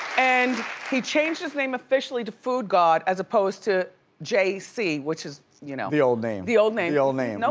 and he changed his name officially to foodgod as opposed to j c, which is, you know the old name. the old name. the old name. nope,